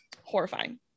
horrifying